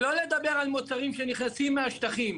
שלא לדבר על מוצרים שנכנסים מהשטחים.